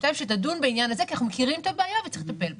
שתדון בעניין הזה כי אנחנו מכירים את הבעיה וצריך לטפל בה.